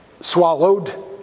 swallowed